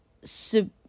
sub